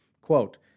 Quote